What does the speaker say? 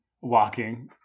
walking